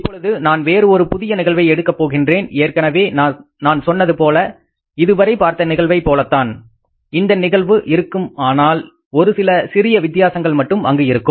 இப்பொழுது நான் வேறு ஒரு புதிய நிகழ்வை எடுக்க போகின்றேன் ஏற்கனவே நான் சொன்னது போல இதுவரை பார்த்த நிகழ்வை போலத்தான் இந்த நிகழ்வு இருக்கும் ஆனால் ஒரு சில சிறிய வித்தியாசங்கள் மட்டும் அங்கு இருக்கும்